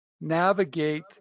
navigate